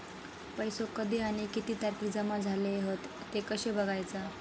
पैसो कधी आणि किती तारखेक जमा झाले हत ते कशे बगायचा?